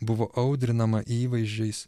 buvo audrinama įvaizdžiais